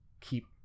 Keep